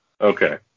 Okay